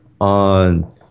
on